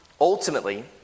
Ultimately